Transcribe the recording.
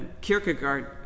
Kierkegaard